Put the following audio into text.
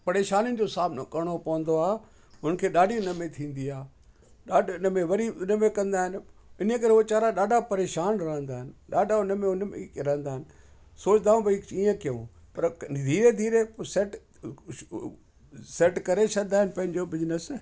पड़ेशानिन जो सामिनो करिणो पवंदो आहे उन्हनि खे ॾाढी उनमें थींदी आहे ॾाढनि में वरी उनमें कंदा आहिनि इन करे वेचारा ॾाढा परेशान रहंदा आहिनि ॾाढा उनमें उनमें रहंदा आहिनि सुविधाऊं भई कीअं कयूं पर धीरे धीरे कुझु सेट सेट करे छॾींदा आहिनि पंहिंजो बिजनेस